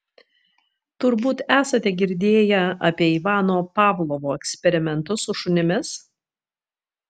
turbūt esate girdėję apie ivano pavlovo eksperimentus su šunimis